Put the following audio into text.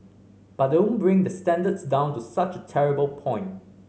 but don't bring the standards down to such a terrible point